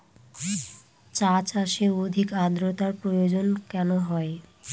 চা চাষে অধিক আদ্রর্তার প্রয়োজন কেন হয়?